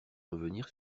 revenir